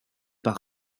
par